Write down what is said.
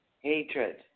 hatred